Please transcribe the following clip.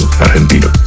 argentino